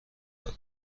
دارم